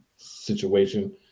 situation